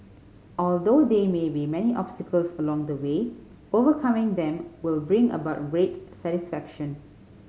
although there may be many obstacles along the way overcoming them will bring about great satisfaction